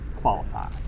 qualify